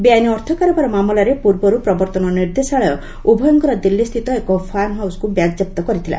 ବେଆଇନ୍ ଅର୍ଥ କାରବାର ମାମଲାରେ ପୂର୍ବରୁ ପ୍ରବର୍ତ୍ତନ ନିର୍ଦ୍ଦେଶଳୟ ଉଭୟଙ୍କର ଦିଲ୍ଲୀ ସ୍ଥିତ ଏକ ଫାର୍ମ ହାଉସ୍କୁ ବାଜ୍ୟାପ୍ତ କରିଥିଲା